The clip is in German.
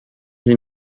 sie